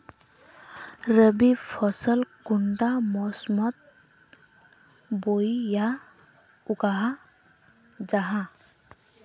रवि फसल कुंडा मोसमोत बोई या उगाहा जाहा?